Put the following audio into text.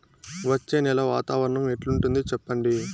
వచ్చే నెల వాతావరణం ఎట్లుంటుంది చెప్పండి?